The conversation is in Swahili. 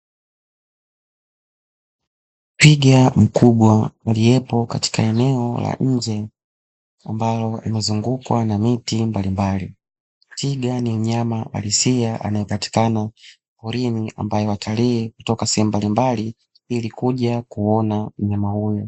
Twiga mkubwa aliyepo katika eneo la nje ambalo linazungukwa na miti mbalimbali. Twiga ni mnyama halisia, anayepatikana porini ambaye watalii kutoka sehemu mbalimbali ili kuja kuona mnyama huyo.